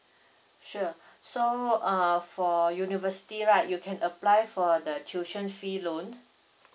sure so uh for university right you can apply for the tuition fee loan